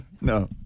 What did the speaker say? No